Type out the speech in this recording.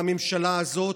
מהממשלה הזאת,